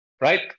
right